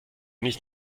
nicht